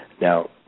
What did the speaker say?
Now